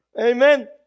Amen